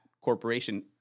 corporation